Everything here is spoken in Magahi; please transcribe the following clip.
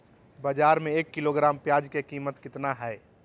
बाजार में एक किलोग्राम प्याज के कीमत कितना हाय?